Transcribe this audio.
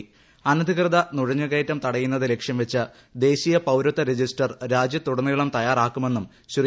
് അനുധികൃത നുഴഞ്ഞുകയറ്റം തടയുന്നത് ലക്ഷ്യം വച്ച് ദേശീയ പൌരത്വ രജിസ്റ്റ്ർ രാജ്യത്തുടനീളം തയ്യാറാക്കുമെന്നും ശ്രീ